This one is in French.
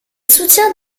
soutient